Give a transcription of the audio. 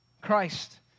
Christ